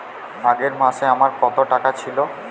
আগের মাসে আমার কত টাকা ছিল?